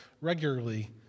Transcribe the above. regularly